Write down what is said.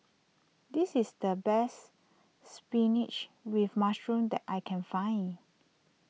this is the best Spinach with Mushroom that I can find